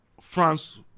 France